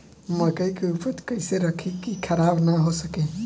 मकई के उपज कइसे रखी की खराब न हो सके?